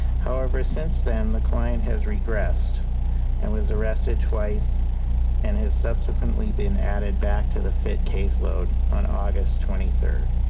however, since then the client has regressed and was arrested twice and has subsequently been added back to the fit case load on august twenty three.